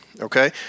Okay